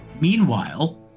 Meanwhile